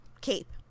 cape